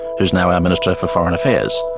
who's now our minister for foreign affairs.